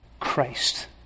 Christ